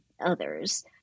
others